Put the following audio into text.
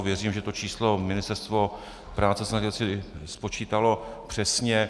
Věřím, že to číslo ministerstvo práce spočítalo přesně.